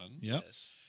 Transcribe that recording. Yes